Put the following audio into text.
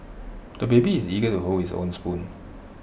the baby is eager to hold his own spoon